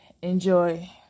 enjoy